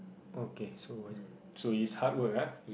okay so I so it's hard work ah